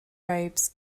robes